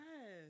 Yes